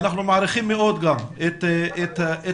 אנחנו מעריכים מאוד את המאבק